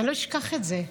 אני לא אשכח את זה.